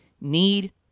need